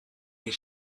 his